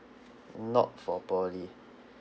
not for polytechnic